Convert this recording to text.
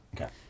Okay